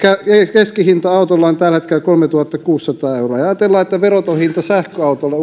keskihinta autolla on tällä hetkellä kolmetuhattakuusisataa euroa ja jos ajatellaan että veroton hinta uudella sähköautolla